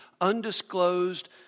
undisclosed